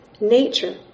nature